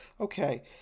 okay